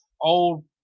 old